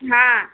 हा